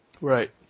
Right